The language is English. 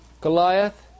Goliath